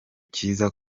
cyiza